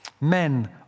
men